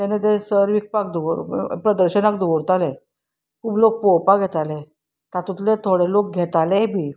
तेन्ना ते सर विकपाक दवर प्रदर्शनाक दवरताले खूब लोक पळोवपाक येताले तातूंतले थोडे लोक घेतालेय बी